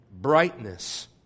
brightness